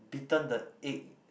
beaten the egg